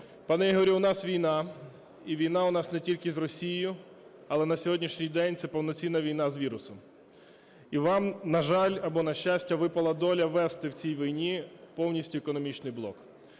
Пане Ігорю, у нас війна і війна у нас не тільки з Росією, але на сьогоднішній день це повноцінна війна з вірусом. І вам, на жаль або на щастя, випала доля вести в цій війні повністю економічний блок.